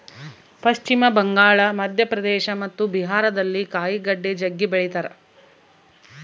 ಪಶ್ಚಿಮ ಬಂಗಾಳ, ಮಧ್ಯಪ್ರದೇಶ ಮತ್ತು ಬಿಹಾರದಲ್ಲಿ ಕಾಯಿಗಡ್ಡೆ ಜಗ್ಗಿ ಬೆಳಿತಾರ